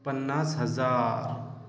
पन्नास हजार